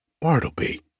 Bartleby